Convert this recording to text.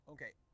Okay